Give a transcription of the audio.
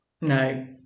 No